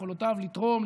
יכולותיו לתרום.